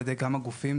על ידי כמה גופים,